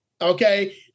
okay